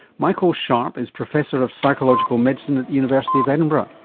michael sharpe is professor of psychological medicine at the university of edinburgh.